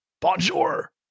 bonjour